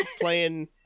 playing